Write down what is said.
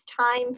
time